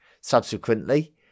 Subsequently